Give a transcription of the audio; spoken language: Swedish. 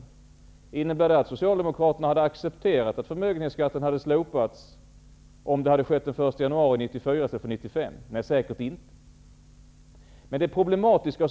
Innebär det att Socialdemokraterna hade accepterat att förmögenhetsskatten hade slopats om det hade skett den 1 januari 1994 i stället för 1995? Säkert inte.